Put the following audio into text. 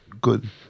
good